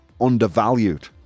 undervalued